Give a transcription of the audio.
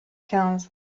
quinze